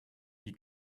you